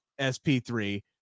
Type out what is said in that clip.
SP3